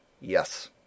yes